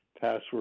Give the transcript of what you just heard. password